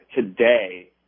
today